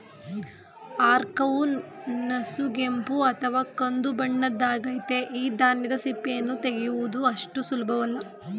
ಆರ್ಕವು ನಸುಗೆಂಪು ಅಥವಾ ಕಂದುಬಣ್ಣದ್ದಾಗಯ್ತೆ ಈ ಧಾನ್ಯದ ಸಿಪ್ಪೆಯನ್ನು ತೆಗೆಯುವುದು ಅಷ್ಟು ಸುಲಭವಲ್ಲ